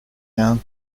down